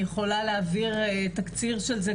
אני יכולה להעביר תקציר של זה,